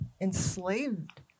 enslaved